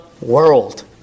world